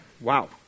wow